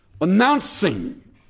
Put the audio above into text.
announcing